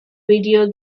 video